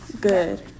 good